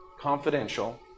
confidential